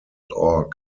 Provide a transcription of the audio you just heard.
org